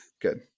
good